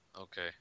Okay